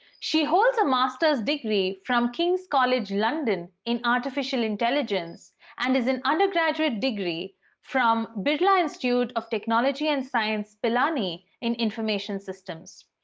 she holds a master's degree from king's college london in artificial intelligence, and has an undergraduate degree from birla institute of technology and science, pilani, in information systems.